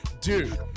dude